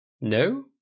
No